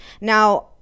Now